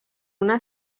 una